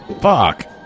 Fuck